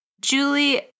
Julie